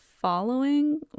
following